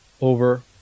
over